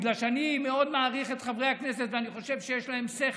בגלל שאני מאוד מעריך את חברי הכנסת ואני חושב שיש להם שכל.